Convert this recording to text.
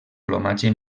plomatge